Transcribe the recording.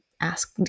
ask